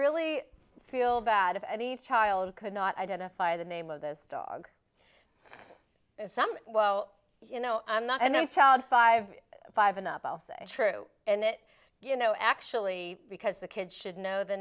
really feel bad if any child could not identify the name of this dog as some well you know i'm not and no child five five enough i'll say true and it you know actually because the kids should know the